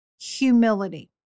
humility